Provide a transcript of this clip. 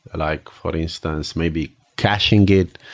like for instance, maybe caching it,